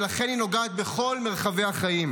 ולכן היא נוגעת בכל מרחבי החיים.